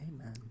Amen